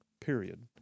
period